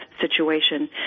situation